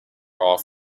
off